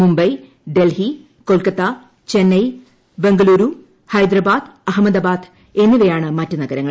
മുംബൈ ഡൽഹി കൊൽക്കത്ത ചെന്നൈ ബംഗളൂരു ഹൈദരാബാദ് അഹമ്മദാബാദ് എന്നിവയാണ് നഗരങ്ങൾ